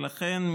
לכן,